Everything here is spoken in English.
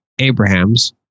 Abraham's